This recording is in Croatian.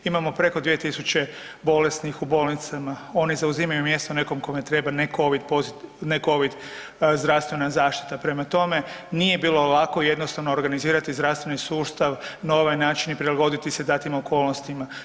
Imamo preko 2.000 bolesnih u bolnicama, oni zauzimaju mjesto nekom kome treba ne covid zdravstvena zaštita, prema tome nije bilo lako jednostavno organizirati zdravstveni sustav na ovaj način i prilagoditi se datim okolnostima.